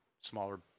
smaller